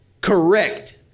correct